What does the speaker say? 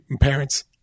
parents